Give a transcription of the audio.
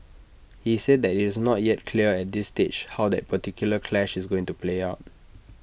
he said that IT is not yet clear at this early stage how that particular clash is going to play out